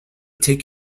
take